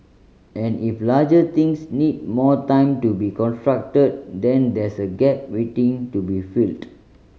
and if larger things need more time to be constructed then there's a gap waiting to be filled